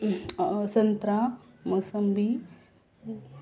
संत्र मोसंबी